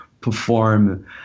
perform